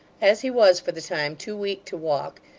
as he was, for the time, too weak to walk,